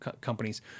companies